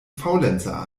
faulenzer